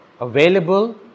available